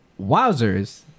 Wowzers